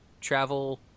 travel